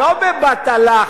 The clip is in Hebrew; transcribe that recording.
לא בבטלה,